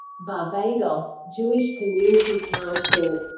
barbados jewish community council